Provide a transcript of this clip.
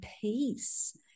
peace